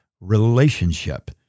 relationship